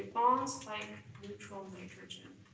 bonds like neutral nitrogen.